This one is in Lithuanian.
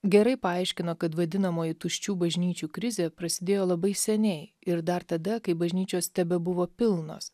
gerai paaiškino kad vadinamoji tuščių bažnyčių krizė prasidėjo labai seniai ir dar tada kai bažnyčios tebebuvo pilnos